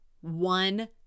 one